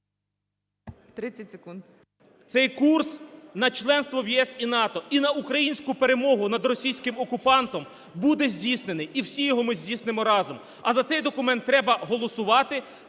Цей курс на членство в ЄС і НАТО і на українську перемогу над російським окупантом буде здійснений, і всі його ми здійснимо разом. А за цей документ треба голосувати,